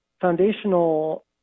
foundational